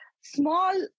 small